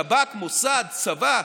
שב"כ, מוסד, צבא,